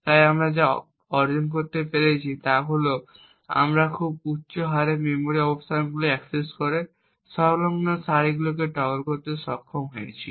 তাই আমরা যা অর্জন করতে পেরেছি তা হল আমরা খুব উচ্চ হারে মেমরি অবস্থানগুলি অ্যাক্সেস করে সংলগ্ন সারিগুলিকে টগল করতে সক্ষম হয়েছি